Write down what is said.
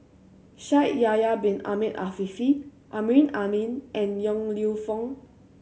Shaikh Yahya Bin Ahmed Afifi Amrin Amin and Yong Lew Foong